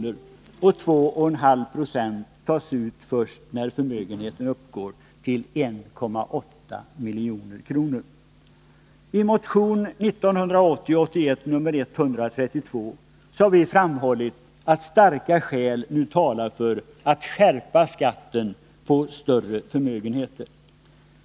och där 2,5 96 tas ut först när förmögenheten uppgår till 1,8 milj.kr. 2 I motionen 1980/81:132 har vi framhållit att starka skäl nu talar för att skärpa skatten på större förmögenheter.